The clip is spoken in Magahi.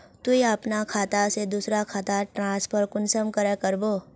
तुई अपना खाता से दूसरा खातात ट्रांसफर कुंसम करे करबो?